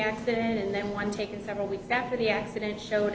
accident and then one taken several weeks after the accident showed